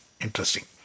interesting